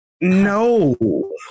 No